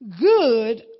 good